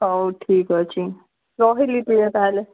ହଉ ଠିକ୍ ଅଛି ରହିଲି ତା'ହେଲେ